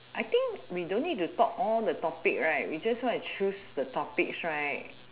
I think we don't need to talk all the topic right we just want to choose the topics right